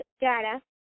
data